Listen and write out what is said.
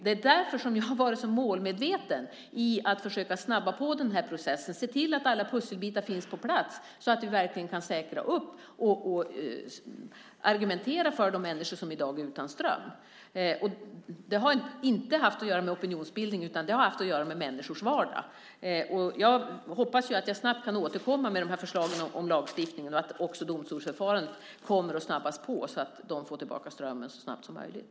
Det är därför jag har varit så målmedveten i att försöka snabba på processen och se till att alla pusselbitar finns på plats så att vi verkligen kan argumentera för de människor som i dag är utan ström. Det har inte haft med opinionsbildning att göra utan med människors vardag. Jag hoppas att jag snabbt ska kunna återkomma med lagstiftningsförslag och att också domstolsförfarandet kommer att påskyndas så att man får tillbaka strömmen så snart som möjligt.